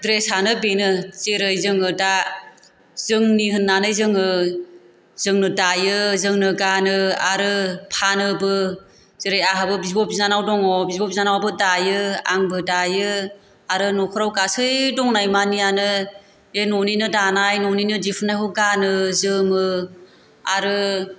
ड्रेसआनो बेनो जेरै जोङो दा जोंनि होन्नानै जोङो जोंनो दायो जोंनो गानो आरो फानोबो जेरै आंहाबो बिब' बिनानाव दङ बिब' बिनानावआबो दायो आंबो दायो आरो नखराव गासै दंनाय मानियानो बे न'निनो दानाय न'निनो दिहुनायखौ गानो जोमो आरो